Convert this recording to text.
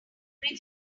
hungry